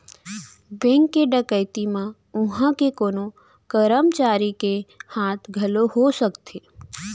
bank के डकैती म उहां के कोनो करमचारी के हाथ घलौ हो सकथे